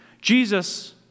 Jesus